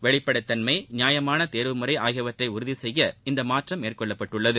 வெளிப்படைத்தன்மை நியாயமான தேர்வு முறை ஆகியவற்றை உறுதி செய்ய இந்த மாற்றம் மேற்கொள்ளப்பட்டது